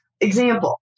Example